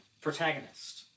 protagonist